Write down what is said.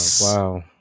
wow